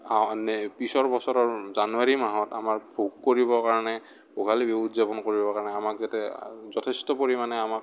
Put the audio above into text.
পিছৰ বছৰৰ জানুৱাৰী মাহত আমাৰ ভোগ কৰিবৰ কাৰণে ভোগালী বিহু উদযাপন কৰিবৰ কাৰণে আমাক যাতে যথেষ্ট পৰিমাণে আমাক